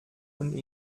und